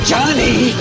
Johnny